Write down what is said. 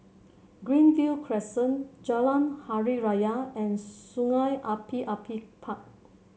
Greenview Crescent Jalan Hari Raya and Sungei Api Api Park